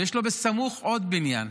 ויש לו בסמוך עוד בניין,